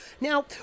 Now